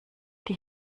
die